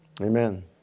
Amen